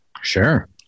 Sure